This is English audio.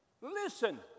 Listen